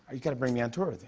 you got to bring me on tour with